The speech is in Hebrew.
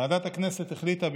ועדת הכנסת החליטה,